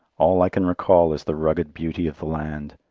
all i can recall is the rugged beauty of the land,